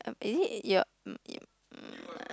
um is it your um your um